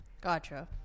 Gotcha